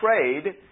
trade